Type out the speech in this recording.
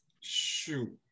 shoot